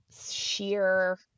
sheer